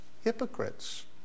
hypocrites